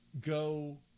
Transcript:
go